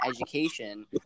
education